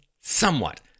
somewhat